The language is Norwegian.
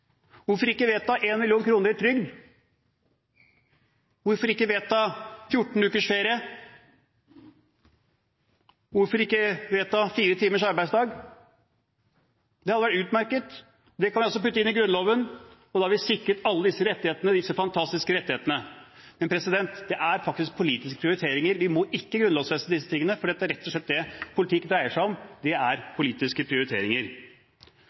Hvorfor ikke vedta 1 mill. kr i trygd? Hvorfor ikke vedta 14 ukers ferie? Hvorfor ikke vedta fire timers arbeidsdag? Det hadde vært utmerket. Det kan vi også putte inn i Grunnloven, og da hadde vi sikret alle disse fantastiske rettighetene. Men det er faktisk politiske prioriteringer – vi må ikke grunnlovfeste disse tingene. For det politikk rett og slett dreier seg om, er politiske prioriteringer.